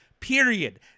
period